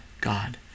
God